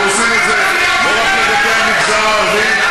אנחנו עושים את זה לא רק לגבי המגזר הערבי,